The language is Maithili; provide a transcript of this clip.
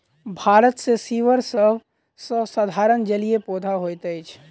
भारत मे सीवर सभ सॅ साधारण जलीय पौधा होइत अछि